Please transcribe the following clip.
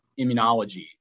immunology